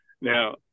Now